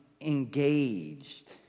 engaged